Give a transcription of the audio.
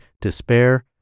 Despair